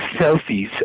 selfies